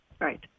Right